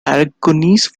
aragonese